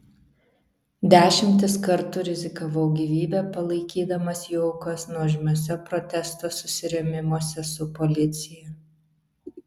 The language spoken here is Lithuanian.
dešimtis kartų rizikavau gyvybe palaikydamas jų aukas nuožmiuose protesto susirėmimuose su policija